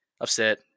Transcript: upset